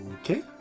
okay